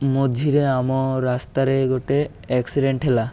ମଝିରେ ଆମ ରାସ୍ତାରେ ଗୋଟେ ଏକ୍ସିଡ଼େଣ୍ଟ ହେଲା